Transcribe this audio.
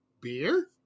beer